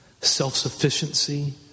self-sufficiency